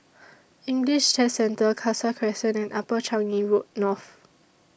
English Test Centre Khalsa Crescent and Upper Changi Road North